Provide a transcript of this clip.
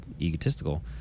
egotistical